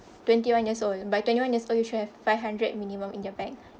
twenty-one years old by twenty-one years old you should have five hundred minimum in your bank